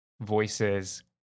voices